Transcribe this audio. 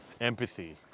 empathy